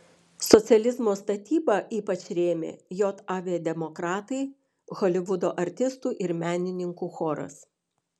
socializmo statybą ypač rėmė jav demokratai holivudo artistų ir menininkų choras